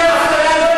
העוני,